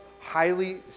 highly